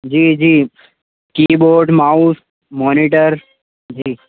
جی جی keyboard mouse monitor جی